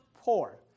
poor